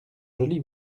joli